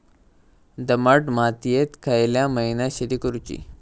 दमट मातयेत खयल्या महिन्यात शेती करुची?